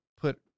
put